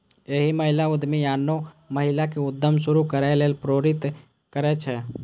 एक महिला उद्यमी आनो महिला कें उद्यम शुरू करै लेल प्रेरित करै छै